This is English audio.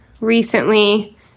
recently